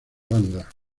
banda